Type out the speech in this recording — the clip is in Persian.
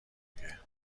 میگه